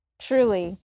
Truly